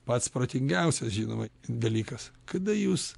pats protingiausias žinoma dalykas kada jūs